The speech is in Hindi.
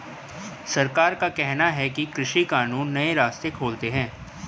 सरकार का कहना है कि कृषि कानून नए रास्ते खोलते है